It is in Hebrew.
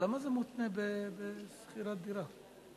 למה זה מותנה בשכירת דירה?